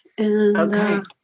Okay